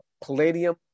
Palladium